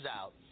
out